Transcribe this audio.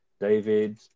David